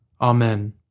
Amen